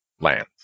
lands